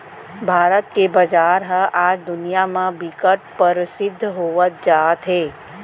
भारत के बजार ह आज दुनिया म बिकट परसिद्ध होवत जात हे